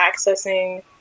accessing